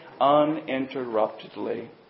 uninterruptedly